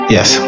Yes